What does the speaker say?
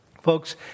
Folks